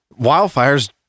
Wildfires